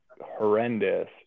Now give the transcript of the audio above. horrendous